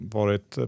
varit